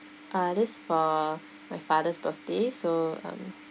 uh this for my father's birthday so um